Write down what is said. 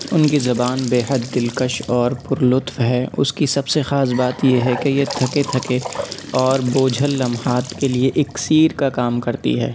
اُن کی زبان بے حد دل کش اور پُر لُطف ہے اُس کی سب سے خاص بات یہ ہے کہ یہ تھکے تھکے اور بوجھل لمحات کے لیے اکسیر کا کام کرتی ہے